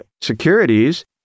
securities